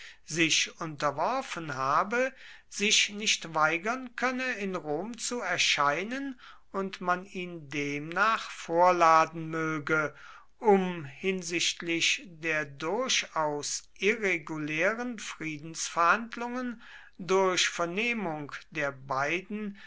sich unterworfen habe sich nicht weigern könne in rom zu erscheinen und man ihn demnach vorladen möge um hinsichtlich der durchaus irregulären friedensverhandlungen durch vernehmung der beiden